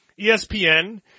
ESPN